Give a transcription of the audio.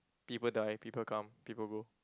people die people come people go